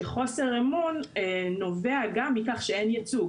שחוסר אמון נובע גם מכך שאין ייצוג.